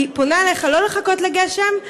אני פונה אליך שלא לחכות לגשם.